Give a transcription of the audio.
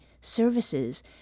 services